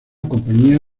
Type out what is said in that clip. compañía